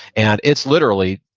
and it's literally,